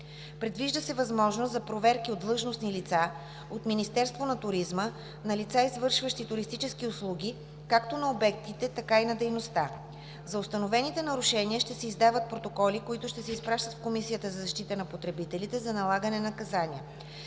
Предвижда се възможност за проверки от длъжностни лица от Министерството на туризма на лица, извършващи туристически услуги както на обектите, така и на дейността. За установените нарушения ще се издават протоколи, които ще се изпращат в Комисията за защита на потребителите за налагане на наказания.